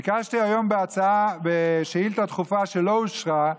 ביקשתי היום בשאילתה דחופה, שלא אושרה,